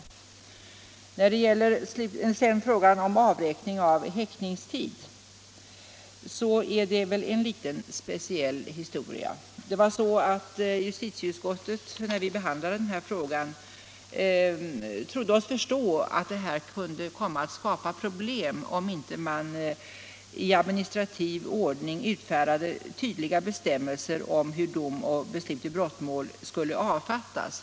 Vad sedan beträffar frågan om avräkning av häktningstid, så är det en speciell historia. När vi behandlade det ärendet i justitieutskottet trodde vi oss förstå att det kunde komma att skapa problem, om man inte i administrativ ordning utfärdade tydliga bestämmelser om hur dom och beslut i brottmål skulle avfattas.